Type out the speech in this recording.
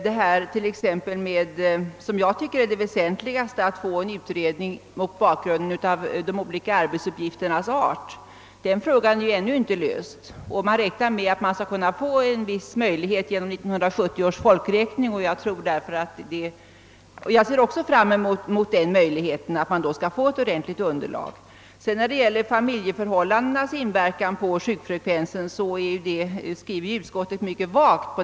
Den fråga som jag tycker är den väsentligaste, nämligen att få en utredning mot bakgrunden av de olika arbetsuppgifternas art, är ännu inte löst. Man räknar med att man skall kunna få en viss möjlighet genom 1970 års folkräkning, och jag ser också fram mot möjligheten att man då skall få ett ordentligt underlag. Beträffande familjeförhållandenas inverkan på sjukfrekvensen skriver utskottet mycket vagt.